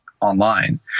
online